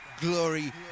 Glory